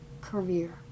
career